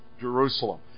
Jerusalem